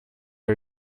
are